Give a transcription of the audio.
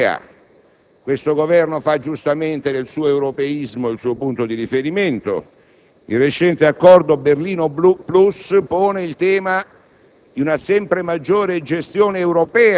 Ci sono aspetti rilevanti che il Parlamento ha il dovere di discutere con serietà e senza strumentalizzazioni; vi è il problema del rapporto unilaterale